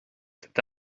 cet